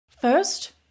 first